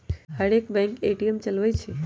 हरेक bank ATM चलबइ छइ